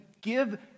give